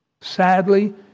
Sadly